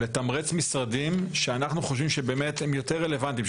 משרדים שאנחנו חושבים שבאמת הם יותר רלוונטיים.